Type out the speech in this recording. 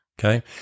okay